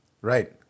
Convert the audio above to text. Right